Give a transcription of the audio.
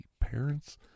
parents